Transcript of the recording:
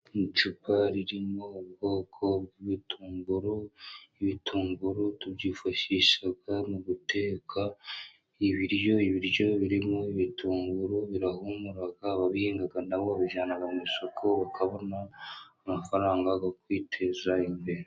Icupa ririmo ubwoko bw'ibitunguru, ibitunguru tubyifashisha mu guteka ibiryo. Ibiryo birimo ibitunguru birahumura, ababihinga na bo babijyana mu isoko bakabona amafaranga yo kwiteza imbere.